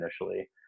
initially